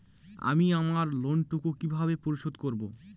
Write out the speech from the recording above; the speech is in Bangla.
আমি আমার লোন টুকু কিভাবে পরিশোধ করব?